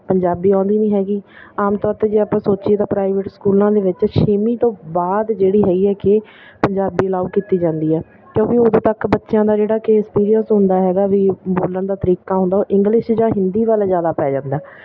ਪੰਜਾਬੀ ਆਉਂਦੀ ਨਹੀਂ ਹੈਗੀ ਆਮ ਤੌਰ 'ਤੇ ਜੇ ਆਪਾਂ ਸੋਚੀਏ ਤਾਂ ਪ੍ਰਾਈਵੇਟ ਸਕੂਲਾਂ ਦੇ ਵਿੱਚ ਛੇਵੀਂ ਤੋਂ ਬਾਅਦ ਜਿਹੜੀ ਹੈਗੀ ਆ ਕਿ ਪੰਜਾਬੀ ਅਲਾਓ ਕੀਤੀ ਜਾਂਦੀ ਹੈ ਕਿਉਂਕਿ ਉਦੋਂ ਤੱਕ ਬੱਚਿਆਂ ਦਾ ਜਿਹੜਾ ਕਿ ਐਕਸਪੀਰੀਅੰਸ ਹੁੰਦਾ ਹੈਗਾ ਵੀ ਬੋਲਣ ਦਾ ਤਰੀਕਾ ਹੁੰਦਾ ਉਹ ਇੰਗਲਿਸ਼ ਜਾਂ ਹਿੰਦੀ ਵੱਲ ਜ਼ਿਆਦਾ ਪੈ ਜਾਂਦਾ